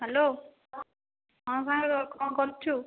hello ହଁ ସାଙ୍ଗ କ'ଣ କରୁଛୁ